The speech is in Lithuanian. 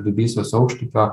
dubysos aukštupio